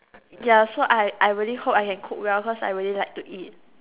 ya so I I really hope I can cook well cause I really like to eat